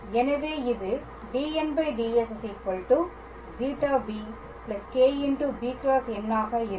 எனவே இது dnds ζb κb × nஆக இருக்கும்